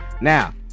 now